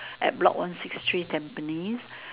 at block one six three Tampines